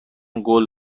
قول